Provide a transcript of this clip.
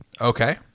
Okay